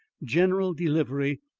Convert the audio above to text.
general delivery,